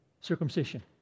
circumcision